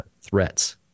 threats